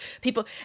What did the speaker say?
people